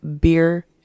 beer